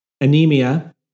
anemia